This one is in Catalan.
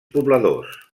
pobladors